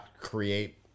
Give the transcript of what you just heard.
create